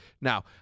Now